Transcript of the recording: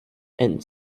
and